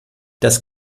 das